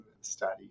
study